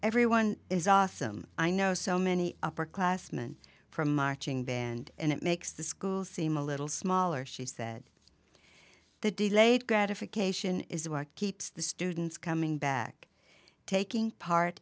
everyone is awesome i know so many upper classman for a marching band and it makes the school seem a little smaller she said the delayed gratification is the work keeps the students coming back taking part